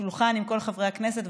שולחן עם כל חברי הכנסת,